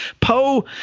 Poe